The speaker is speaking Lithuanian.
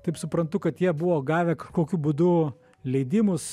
taip suprantu kad jie buvo gavę kahkokiu būdu leidimus